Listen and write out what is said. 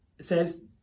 says